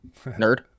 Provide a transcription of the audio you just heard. nerd